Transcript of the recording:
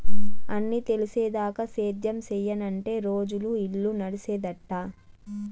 అన్నీ తెలిసేదాకా సేద్యం సెయ్యనంటే రోజులు, ఇల్లు నడిసేదెట్టా